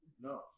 No